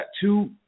two